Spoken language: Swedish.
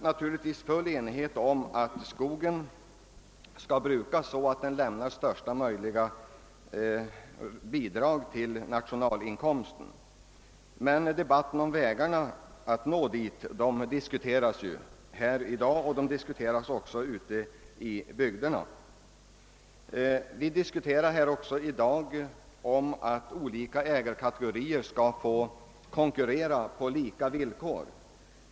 Det råder full enighet om att skogen skall brukas så, att den lämnar största möjliga bidrag till nationalinkomsten. Frågan om vägarna att nå dit står emellertid under debatt i dag både här i kammaren och ute i bygderna. Vi diskuterar också huruvida olika ägarkategorier skall få konkurrera på lika villkor.